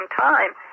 time